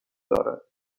دارد